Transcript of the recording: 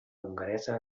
hongaresa